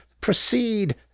proceed